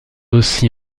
aussi